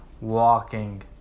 walking